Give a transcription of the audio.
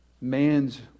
man's